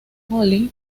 polly